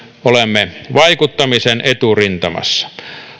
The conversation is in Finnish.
olemme vaikuttamisen eturintamassa